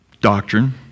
doctrine